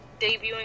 debuting